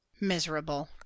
Miserable